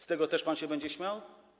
Z tego też pan się będzie śmiał?